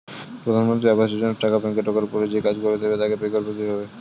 প্রধানমন্ত্রী আবাস যোজনার টাকা ব্যাংকে ঢোকার পরে যে কাজ করে দেবে তাকে পে করব কিভাবে?